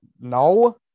no